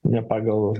ne pagal